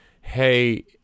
Hey